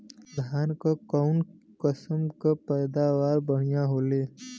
धान क कऊन कसमक पैदावार बढ़िया होले?